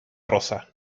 rosa